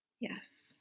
yes